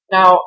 Now